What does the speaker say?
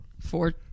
Four